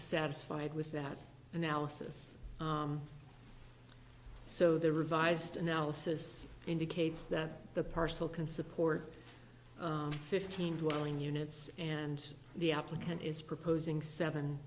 satisfied with that analysis so the revised analysis indicates that the parcel can support fifteen one units and the applicant is proposing seven